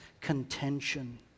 contention